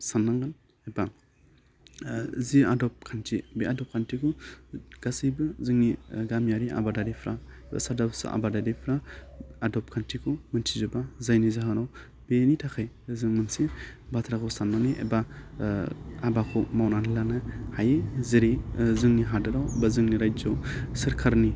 साननांगोन बा जि आदब खान्थि बे आदब खान्थिखौ गासैबो जोंनि गामियारि आबादारिफ्रा बा सादा बुसा आबादारिफ्रा आदब खान्थिखौ मिथिजोबा जायनि जाहोनाव बेनि थाखाय जों मोनसे सान्नानै एबा आबादखौ मावनानै लानो हायो जेरै जोंनि हादाबाव बा जोंनि रायजोआव सोरकारनि